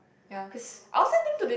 cause